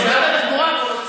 משרד התחבורה,